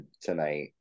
tonight